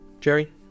Jerry